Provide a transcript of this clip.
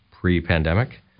pre-pandemic